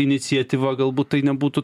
iniciatyva galbūt tai nebūtų